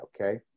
okay